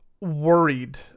worried